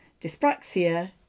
dyspraxia